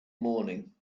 morning